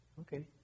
Okay